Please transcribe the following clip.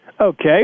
Okay